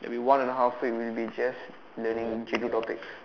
will be one and a half week will be just learning J-two topics